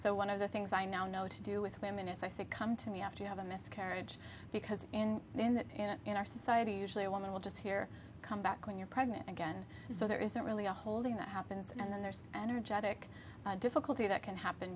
so one of the things i now know to do with women is i say come to me after you have a miscarriage because then that in our society usually a woman will just here come back when you're pregnant again so there isn't really a holding that happens and then there's an energetic difficulty that can happen